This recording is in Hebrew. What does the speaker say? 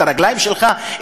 את הרגליים שלך,